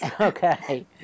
Okay